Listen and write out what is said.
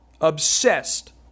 obsessed